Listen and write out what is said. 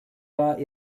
war